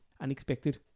unexpected